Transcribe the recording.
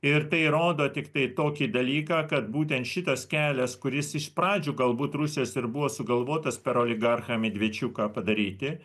ir tai rodo tiktai tokį dalyką kad būtent šitas kelias kuris iš pradžių galbūt rusijos ir buvo sugalvotas per oligarchą medvėčiuką padaryti